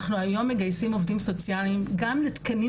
אנחנו היום מגייסים עובדים סוציאליים וגם לתקנים